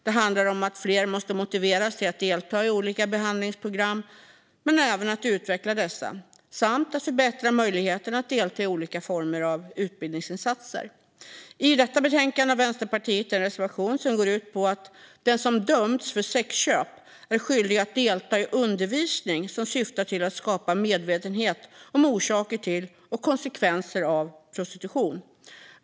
Det handlar om att fler måste motiveras till att delta i olika behandlingsprogram men även om att utveckla dessa samt om att förbättra möjligheten att delta i olika former av utbildningsinsatser. I detta betänkande har Vänsterpartiet en reservation som går ut på att den som dömts för sexköp ska vara skyldig att delta i undervisning som syftar till att skapa medvetenhet om orsaker till och konsekvenser av prostitution.